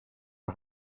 for